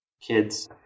kids